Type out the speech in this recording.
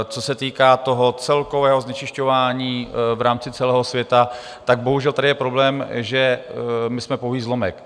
Co se týká celkového znečišťování v rámci celého světa, bohužel tady je problém, že jsme pouhý zlomek.